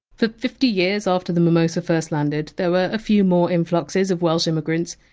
for fifty years after the mimosa first landed, there were a few more influxes of welsh immigrants,